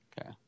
Okay